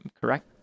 Correct